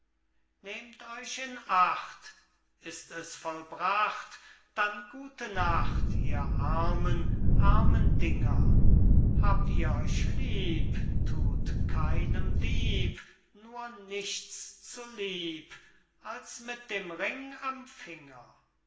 nehmt euch in acht ist es vollbracht dann gute nacht ihr armen armen dinger habt ihr euch lieb thut keinem dieb nur nichts zu lieb als mit dem ring am finger